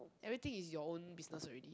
everything is your own business already